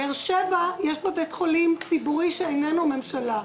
בבאר שבע ישנו בית חולים ציבורי שאיננו ממשלתי.